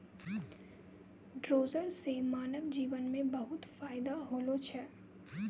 dozer सें मानव जीवन म बहुत फायदा होलो छै